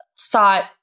thought